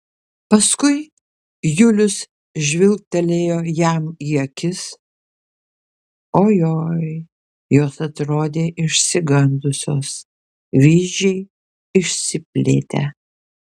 paskui julius žvilgtelėjo jam į akis oi oi jos atrodė išsigandusios vyzdžiai išsiplėtę